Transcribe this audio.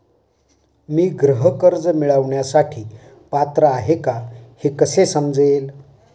मी गृह कर्ज मिळवण्यासाठी पात्र आहे का हे कसे समजेल?